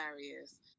hilarious